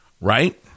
Right